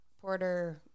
porter